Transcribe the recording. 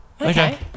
Okay